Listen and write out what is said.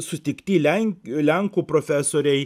sutikti len e lenkų profesoriai